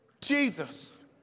Jesus